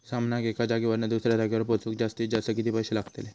सामानाक एका जागेवरना दुसऱ्या जागेवर पोचवूक जास्तीत जास्त किती पैशे लागतले?